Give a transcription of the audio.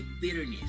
bitterness